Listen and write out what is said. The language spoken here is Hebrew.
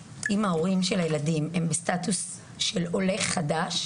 הילדים הם בסטטוס של עולה חדש